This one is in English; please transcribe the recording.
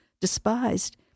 despised